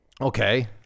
okay